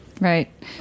Right